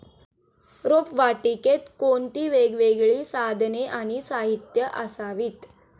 रोपवाटिकेत कोणती वेगवेगळी साधने आणि साहित्य असावीत?